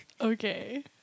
okay